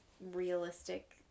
realistic